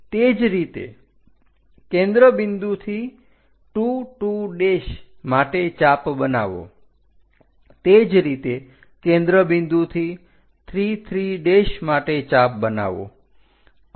તે જ રીતે કેન્દ્ર બિંદુથી 2 2 માટે ચાપ બનાવો તે જ રીતે કેન્દ્ર બિંદુથી 3 3 માટે ચાપ બનાવો